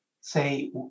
say